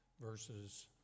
verses